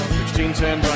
16-10